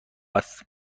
است